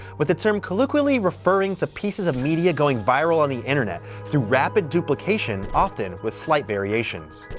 with the term colloquially referring to pieces of media going viral on the internet, through rapid duplication often with slight variations.